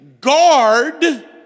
Guard